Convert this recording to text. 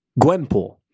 Gwenpool